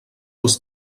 els